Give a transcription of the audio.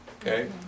Okay